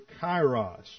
kairos